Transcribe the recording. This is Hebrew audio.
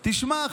תשמע,